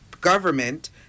government